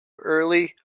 early